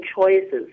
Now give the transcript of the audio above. choices